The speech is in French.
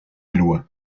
eloi